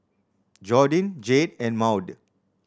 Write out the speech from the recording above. Jordyn Jayde and Maude